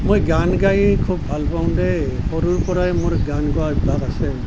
মই গান গাই খুব ভাল পাওঁ দেই সৰুৰ পৰাই মোৰ গান গোৱাৰ অভ্যাস আছে